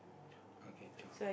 okay